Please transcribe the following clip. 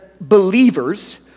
believers